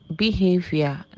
behavior